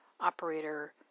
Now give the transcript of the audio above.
operator